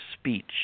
speech